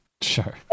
Sure